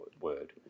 word